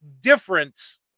difference